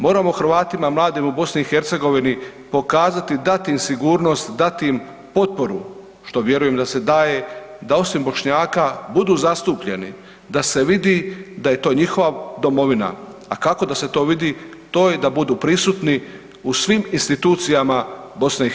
Moramo Hrvatima mladim u BiH pokazati dati im sigurnost, dati im potporu što vjerujem da se daje da osim Bošnjaka budu zastupljeni da se vidi da je to njihova domovina, a kako da se to vidi to je da budu prisutni u svim institucijama BiH.